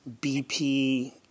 BP